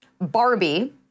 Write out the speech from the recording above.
Barbie